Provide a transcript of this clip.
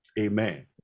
amen